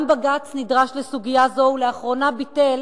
גם בג"ץ נדרש לסוגיה זו, ולאחרונה ביטל,